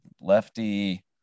lefty